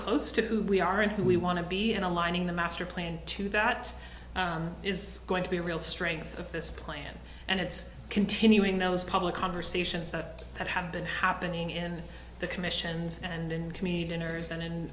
close to who we are and who we want to be and aligning the masterplan to that is going to be a real strength of this clan and it's continuing those public conversations that that have been happening in the commissions and in community dinners and